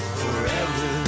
forever